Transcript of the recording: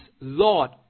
Lord